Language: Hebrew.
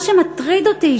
מה שמטריד אותי,